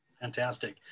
Fantastic